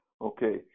Okay